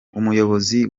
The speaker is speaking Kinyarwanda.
umuyobozi